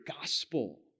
gospel